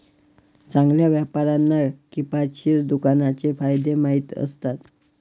चांगल्या व्यापाऱ्यांना किफायतशीर दुकानाचे फायदे माहीत असतात